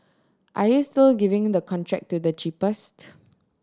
are you still giving the contract to the cheapest